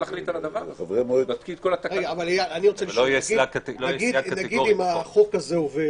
נניח שהחוק הזה עובר,